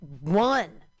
one